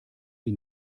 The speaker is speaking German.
sie